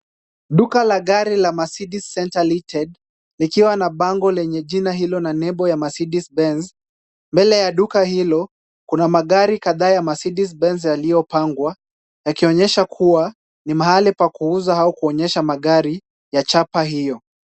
Duka la gari la Mercedes Center Limited, likiwa na bango lenye jina hilo na nembo ya Mercedes Benz. Mbele ya duka hilo kuna magari kadha ya mercedes benz yaliyopangwa, yakionyesha kuwa ni mahali pakuuza au kuonyesha magari ya chapa hiyo.